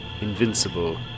invincible